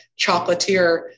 chocolatier